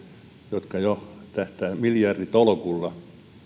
jotka jo tähtäävät miljarditolkulla